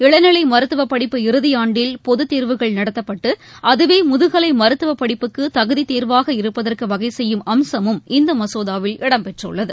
இளநிலை மருத்துவ படிப்பு இறுதி ஆண்டில் பொதுத் தேர்வுகள் நடத்தப்பட்டு அதுவே முதுகலை மருத்துவப் படிப்புக்கு தகுதித் தேர்வாக இருப்பதற்கு வகைசெய்யும் அம்சமும் இந்த மசோதாவில் இடம்பெற்றுள்ளது